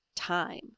Time